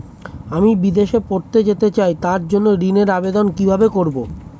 আমি বিদেশে পড়তে যেতে চাই তার জন্য ঋণের আবেদন কিভাবে করব?